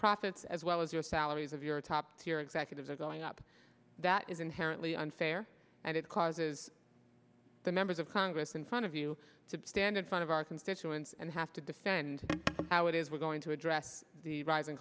profits as well as your salaries of your top tier executives are going up that is inherently unfair and it causes the members of congress in front of you to stand in front of our constituents and have to defend how it is we're going to address the rising